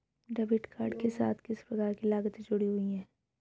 Debit card के साथ किस प्रकार की लागतें जुड़ी हुई हैं?